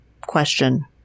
question